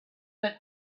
but